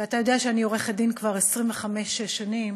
ואתה יודע שאני עורכת-דין כבר 26-25 שנים